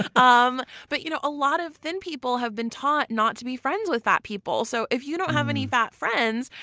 ah um but you know a lot of thin people have been taught not to be friends with fat people. so, if you don't have any fat friends,